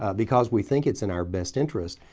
ah because we think it's in our best interest,